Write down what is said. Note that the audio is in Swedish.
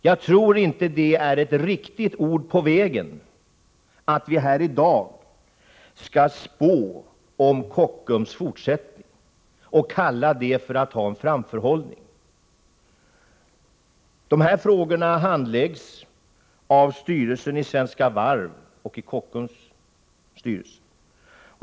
Jag tror inte att det är ett riktigt ord på vägen — att vi här i dag skall spå om Kockums fortsättning och kalla det för att ha en framförhållning. Dessa frågor handläggs av styrelsen i Svenska Varv och av Kockums styrelse.